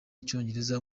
icyongereza